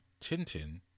Tintin